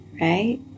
right